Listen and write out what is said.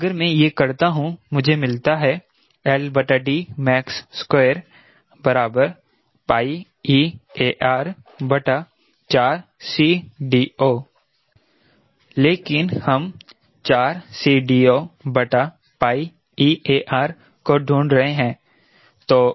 तो अगर मैं यह करता हूं मुझे मिलता है max2 eAR4CD0 लेकिन हम 4CD0eAR को ढूंढ रहे हैं